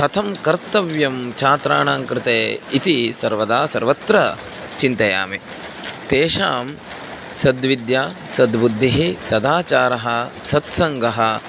कथं कर्तव्यं छात्राणां कृते इति सर्वदा सर्वत्र चिन्तयामि तेषां सद्विद्या सद्बुद्धिः सदाचारः सत्सङ्गः